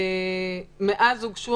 מאז הוגשו,